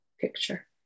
picture